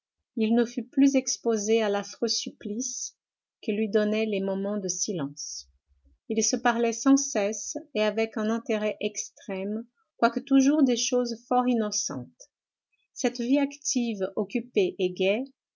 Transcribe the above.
il ne fut plus exposé à l'affreux supplice que lui donnaient les moments de silence ils se parlaient sans cesse et avec un intérêt extrême quoique toujours de choses fort innocentes cette vie active occupée et